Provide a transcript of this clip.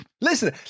listen